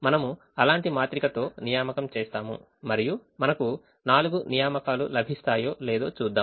మనము అలాంటి మాత్రికతో నియామకం చేస్తాము మరియు మనకు నాలుగు నియామకాలు లభిస్తాయో లేదో చూద్దాం